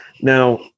Now